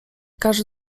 każdy